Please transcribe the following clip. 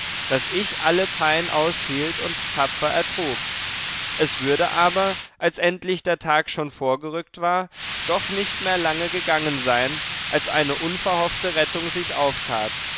daß ich alle pein aushielt und tapfer ertrug es würde aber als endlich der tag schon vorgerückt war doch nicht mehr lange gegangen sein als eine unverhoffte rettung sich auftat